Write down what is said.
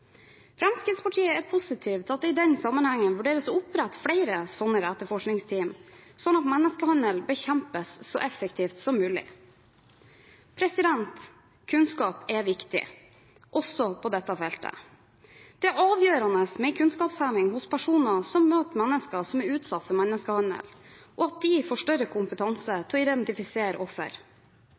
Fremskrittspartiet er positiv til at det i den sammenhengen vurderes å opprette flere sånne etterforskningsteam sånn at menneskehandel bekjempes så effektivt som mulig. Kunnskap er viktig også på dette feltet. Det er avgjørende med en kunnskapsheving hos personer som møter mennesker som er utsatt for menneskehandel, og at de får større kompetanse til å identifisere offer.